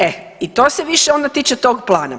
E i to se više onda tiče tog plana.